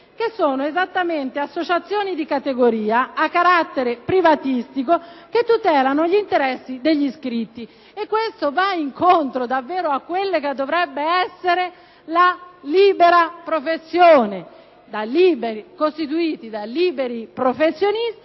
ordini sono associazioni di categoria a carattere privatistico che tutelano gli interessi degli iscritti. Ciò va davvero incontro a quello che dovrebbe essere la libera professione, costituita da liberi professionisti